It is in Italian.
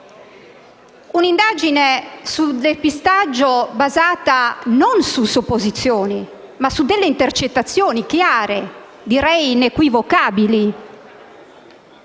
all'indagine sul depistaggio: un'indagine basata non su supposizioni, ma su intercettazioni chiare, direi inequivocabili.